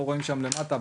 לא רואים שם למטה,